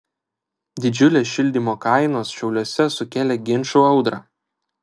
didžiulės šildymo kainos šiauliuose sukėlė ginčų audrą